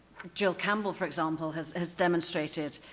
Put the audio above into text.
jill campbell for example has has demonstrated